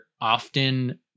often